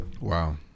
Wow